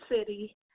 city